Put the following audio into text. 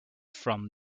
from